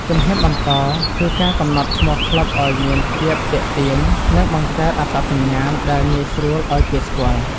ជំហានបន្ត គឺការកំណត់ឈ្មោះក្លឹបឱ្យមានភាពទាក់ទាញ និងបង្កើតអត្តសញ្ញាណដែលងាយស្រួលឱ្យគេស្គាល់។